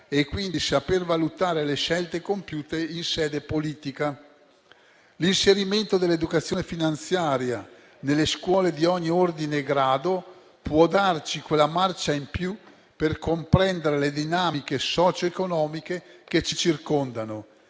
e quindi per valutare le scelte compiute in sede politica. L'inserimento dell'educazione finanziaria nelle scuole di ogni ordine e grado può darci una marcia in più per comprendere le dinamiche socioeconomiche che ci circondano